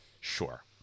Sure